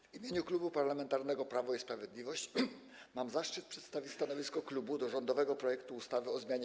W imieniu Klubu Parlamentarnego Prawo i Sprawiedliwość mam zaszczyt przedstawić stanowisko klubu wobec rządowego projektu ustawy o zmianie